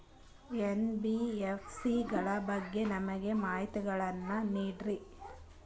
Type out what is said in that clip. NBFC ಗಳ ಬಗ್ಗೆ ನಮಗೆ ಮಾಹಿತಿಗಳನ್ನ ನೀಡ್ರಿ?